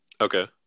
okay